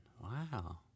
wow